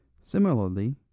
Similarly